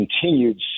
continued